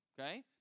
okay